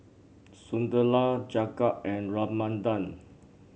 Sunderlal Jagat and Ramanand